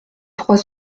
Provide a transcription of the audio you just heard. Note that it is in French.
trois